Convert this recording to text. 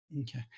okay